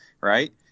right